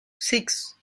six